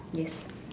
yes